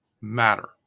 matter